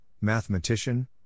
Mathematician